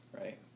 right